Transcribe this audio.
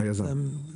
היזם.